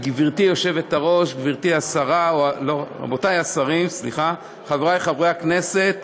גברתי היושבת-ראש, רבותי השרים, חברי חברי הכנסת,